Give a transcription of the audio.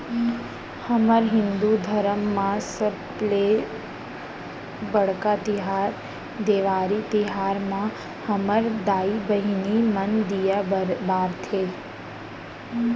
हमर हिंदू धरम म सबले बड़का तिहार देवारी तिहार म हमर दाई बहिनी मन दीया बारथे